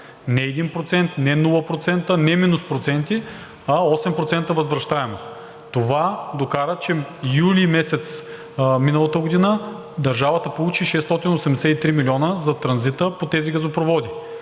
процента, не минус проценти, а 8% възвръщаемост. Това докара, че месец юли миналата година държавата получи 683 милиона за транзита по тези газопроводи,